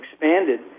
expanded